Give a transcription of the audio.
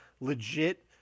legit